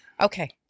Okay